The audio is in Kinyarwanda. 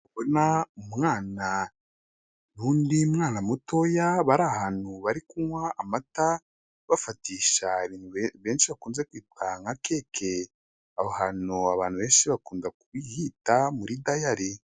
Kubona umwana n'undi mwana mutoya bari ahantu bari kunywaha amata bafatisha benshi bakunze kwitwara nka keke aho hantu abantu benshi bakunda kubiyita muri dayari.